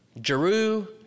Jeru